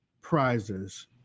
prizes